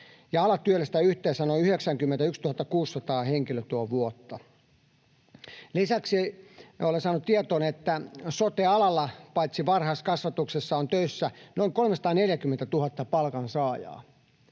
ala työllistää yhteensä noin 91 600 henkilötyövuotta. Lisäksi olen saanut tietooni, että sote-alalla, paitsi varhaiskasvatuksessa, on töissä noin 340 000 palkansaajaa.